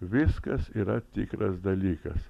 viskas yra tikras dalykas